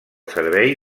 servei